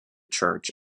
church